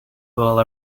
will